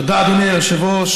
תודה, אדוני היושב-ראש.